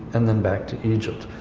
and then back to egypt.